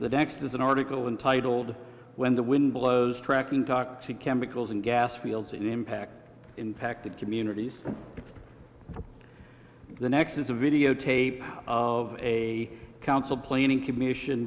the next is an article entitled when the wind blows tracking toxic chemicals and gas fields in impact impact of communities the next is a videotape of a council planning commission